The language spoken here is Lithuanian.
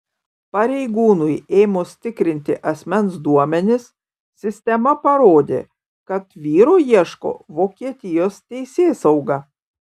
pareigūnui ėmus tikrinti asmens duomenis sistema parodė kad vyro ieško vokietijos teisėsauga